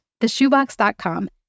theshoebox.com